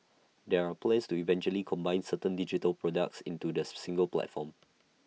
there are plans to eventually combine certain digital products into the single platform